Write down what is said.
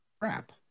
crap